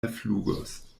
alflugos